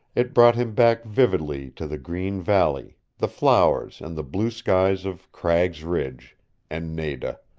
it brought him back vividly to the green valley, the flowers and the blue skies of cragg's ridge and nada.